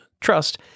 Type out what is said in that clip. trust